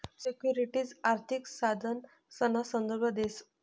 security आर्थिक साधनसना संदर्भ देस